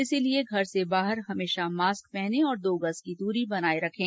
इसीलिए घर से बाहर हमेशा मास्क पहनें और दो गज की दूरी बनाए रखें